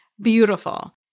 Beautiful